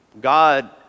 God